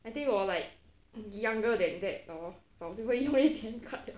I think 我 like younger than that hor 早就会用 A_T_M card liao